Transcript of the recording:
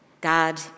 God